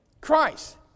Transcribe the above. Christ